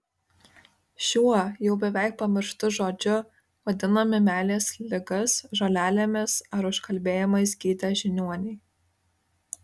šiuo jau beveik pamirštu žodžiu vadinami meilės ligas žolelėmis ar užkalbėjimais gydę žiniuoniai